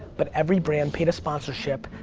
but every brand paid a sponsorship,